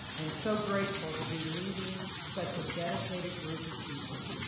and so grateful to be leaving set of dedicated group of people.